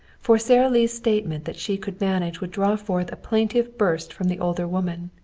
for sara lee's statement that she could manage would draw forth a plaintive burst from the older woman.